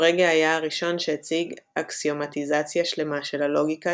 פרגה היה הראשון שהציג אקסיומטיזציה שלמה של הלוגיקה